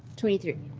twenty three